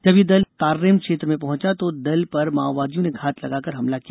जब यह दल तारेंम क्षेत्र में पहुंचा तो दल पर माओवादियों ने घात लगाकर हमला किया